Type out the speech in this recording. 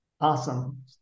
Awesome